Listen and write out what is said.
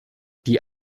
die